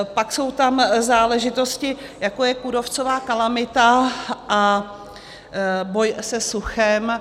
Pak jsou tam záležitosti, jako je kůrovcová kalamita a boj se suchem.